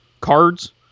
cards